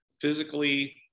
physically